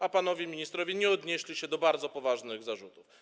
A panowie ministrowie nie odnieśli się do bardzo poważnych zarzutów.